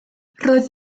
roedd